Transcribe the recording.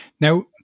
Now